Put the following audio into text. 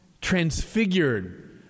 transfigured